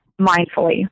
mindfully